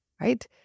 Right